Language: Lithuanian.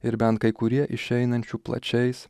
ir bent kai kurie išeinančių plačiais